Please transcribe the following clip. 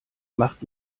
macht